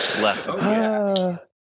left